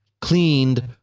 cleaned